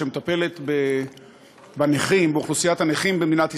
שמטפלת באוכלוסיית הנכים במדינת ישראל,